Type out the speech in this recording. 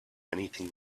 anything